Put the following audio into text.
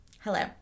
Hello